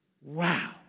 Wow